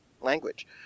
language